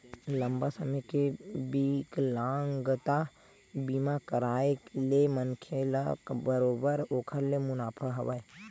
लंबा समे के बिकलांगता बीमा कारय ले मनखे ल बरोबर ओखर ले मुनाफा हवय